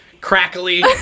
crackly